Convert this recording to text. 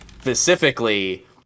Specifically